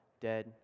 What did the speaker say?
dead